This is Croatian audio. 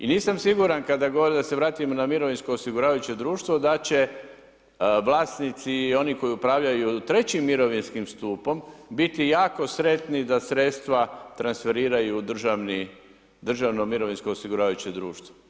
I nisam siguran kada govorim da se vratimo na mirovinsko osiguravajuće društvo da će vlasnici i oni koji upravljaju trećim mirovinskim stupom biti jako sretni da sredstva transferiraju u Državno mirovinsko osiguravajuće društvo.